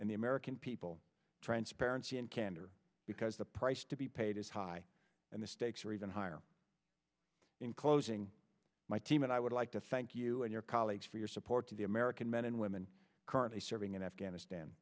and the american people transparency and candor because the price to be paid is high and the stakes are even higher in closing my team and i would like to thank you and your colleagues for your support of the american men and women currently serving in afghanistan